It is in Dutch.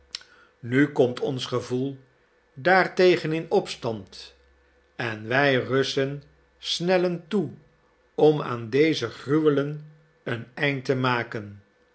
nu komt ons gevoel daartegen in opstand en wij russen snellen toe om aan deze gruwelen een eind te maken